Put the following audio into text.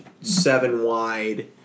seven-wide